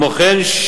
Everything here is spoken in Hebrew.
כמו כן,